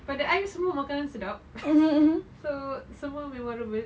pada I semua makanan sedap so semua memorable